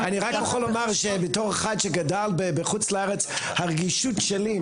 אני רק יכול לומר שבתור אחד שגדל בחוץ לארץ הרגישות שלי,